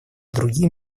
другие